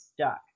stuck